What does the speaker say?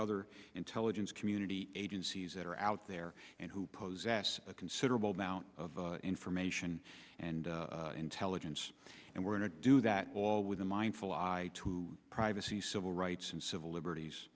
other intelligence community agencies that are out there and who pose a considerable amount of information and intelligence and we're going to do that all with a mindful i to privacy civil rights and civil liberties